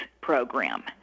program